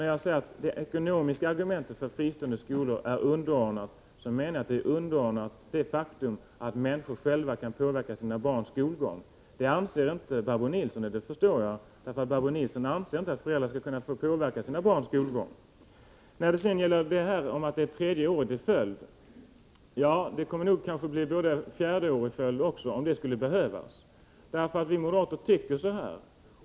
När jag säger att det ekonomiska argumentet för fristående skolor är underordnat menar jag att det är underordnat det faktum att människor själva kan påverka sina barns skolgång. Det anser inte Barbro Nilsson i Örnsköldsvik, det förstår jag, för hon anser inte att föräldrarna skall kunna få påverka sina barns skolgång. Sedan säger Barbro Nilsson att jag driver frågan för tredje året i följd. Det kommer nog att bli ett fjärde år om det skulle behövas, därför att vi moderater tycker så här.